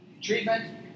treatment